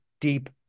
deep